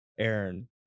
Aaron